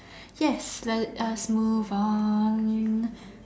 yes let us move on